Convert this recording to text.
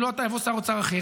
ואם לא אתה, יבוא שר אוצר אחר.